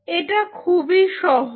এটা খুবই সহজ